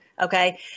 Okay